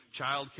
childcare